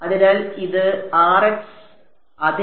അതിനാൽ ഇത് Rx അതെ